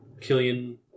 Killian